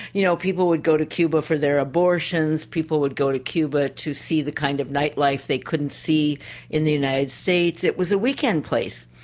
you know people would go to cuba for their abortions, people would go to cuba to see the kind of nightlife they couldn't see in the united states. it was a weekend place,